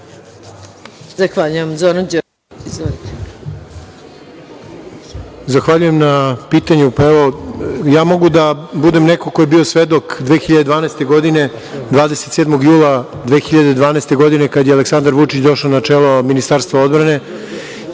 Zahvaljujem na pitanju. Ja mogu da budem neko ko je bio svedok 2012. godine, 27. jula 2012. godine kada je Aleksandar Vučić došao na čelo Ministarstva odbrane.